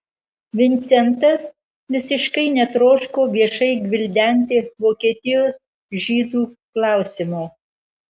vincentas visiškai netroško viešai gvildenti vokietijos žydų klausimo